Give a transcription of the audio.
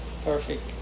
perfect